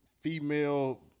female